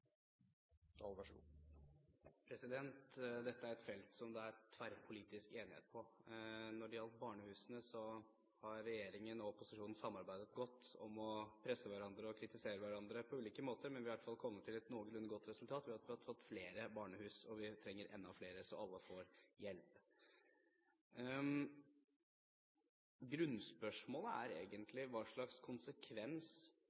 tverrpolitisk enighet om. Når det gjelder barnehusene, har regjeringen og opposisjonen samarbeidet godt. Vi har presset og kritisert hverandre på ulike måter, men vi har i hvert fall kommet til et noenlunde godt resultat, ved at vi har fått flere barnehus. Men vi trenger enda flere, så alle får hjelp. Grunnspørsmålet er